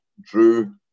Drew